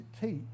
teach